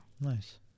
Nice